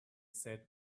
said